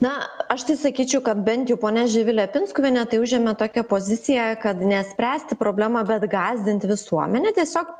na aš tai sakyčiau kad bent jau ponia živilė pinskuvienė tai užėmė tokią poziciją kad ne spręsti problemą bet gąsdint visuomenę tiesiog